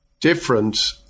different